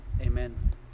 Amen